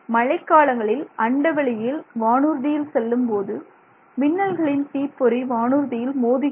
மழைக்காலங்களில் அண்டவெளியில் வானூர்தியில் செல்லும்போது மின்னல்களின் தீப்பொறி வானூர்தியில் மோதுகிறது